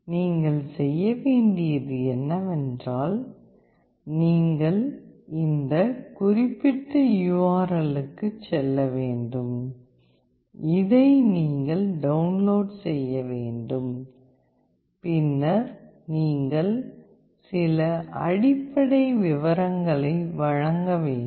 நீங்கள் செய்ய வேண்டியது என்னவென்றால் நீங்கள் இந்த குறிப்பிட்ட URL க்கு செல்ல வேண்டும் இதை நீங்கள் டவுன்லோட் செய்ய வேண்டும் பின்னர் நீங்கள் சில அடிப்படை விவரங்களை வழங்க வேண்டும்